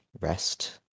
rest